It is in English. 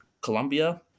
Colombia